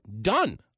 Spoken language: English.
done